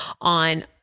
on